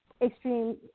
extreme